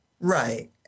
Right